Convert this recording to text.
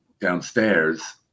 downstairs